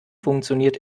funktioniert